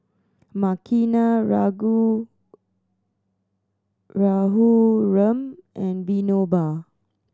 Makineni Raghuram and Vinoba